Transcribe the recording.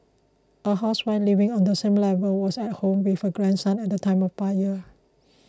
a housewife living on the same level was at home with her grandson at the time of the fire